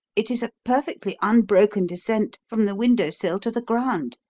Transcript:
it is a perfectly unbroken descent from the window sill to the ground.